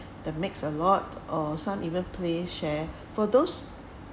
that makes a lot or some even play share for those